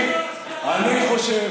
אני חושב,